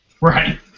Right